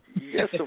Yes